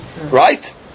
right